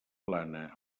plana